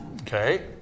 Okay